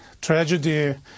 tragedy